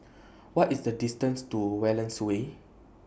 What IS The distance to Wallace Way